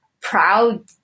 proud